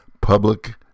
public